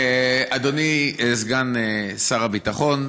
אדוני סגן שר הביטחון,